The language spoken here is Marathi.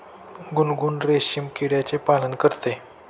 गुनगुन रेशीम किड्याचे पालन करते